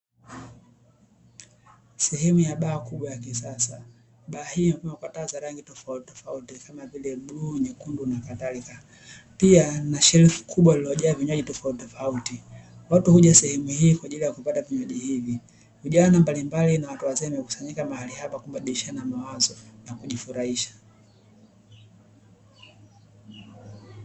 Sehemu ya baa kubwa ya kisasa. baa kuna taa za rangi tofauti tofauti Kama vile bluu, nyekundu na kadhalika. Pia na rafu kubwa iliojaa vinywaji tofauti tofauti. watu huja sehemu hii kwaajili ya kupata vinywaji hivi. vijana mbalimbali na watu wazima hukusanyika mahali hapa kubadilishana mawazo na kujifurahisha.